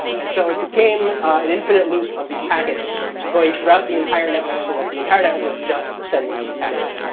and so it became an infinite loop of these packets going throughout the entire network so that the entire network was just sending these packets.